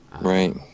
Right